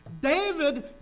David